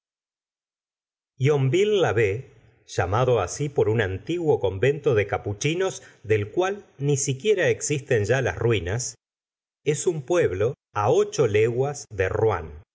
llamado así por un antiguo convento de capuchinos del cual ni siquiera existen ya las ruinas es un pueblo ocho leguas de rouen